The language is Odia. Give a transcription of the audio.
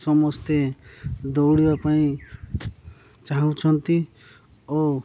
ସମସ୍ତେ ଦୌଡ଼ିବା ପାଇଁ ଚାହୁଁଛନ୍ତି ଓ